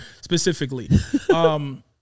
specifically